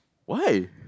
why